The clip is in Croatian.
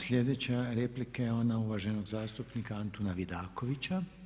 Sljedeća replika je ona uvaženog zastupnika Antuna Vidakovića.